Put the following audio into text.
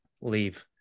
leave